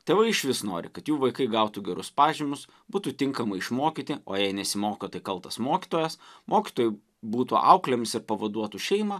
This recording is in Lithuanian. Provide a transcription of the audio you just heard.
tėvai išvis nori kad jų vaikai gautų gerus pažymius būtų tinkamai išmokyti o jei nesimoko tai kaltas mokytojas mokytojui būtų auklėmis ir pavaduotų šeimą